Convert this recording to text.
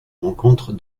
rencontre